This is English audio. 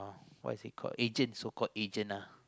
what is it called agent so called agent uh ah